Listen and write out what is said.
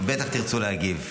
בטח תרצו להגיב,